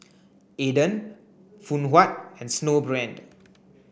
Aden Phoon Huat and Snowbrand